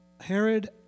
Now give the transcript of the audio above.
Herod